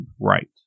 right